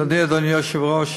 תודה, אדוני היושב-ראש.